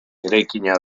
eraikina